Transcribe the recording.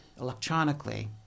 electronically